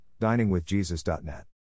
diningwithjesus.net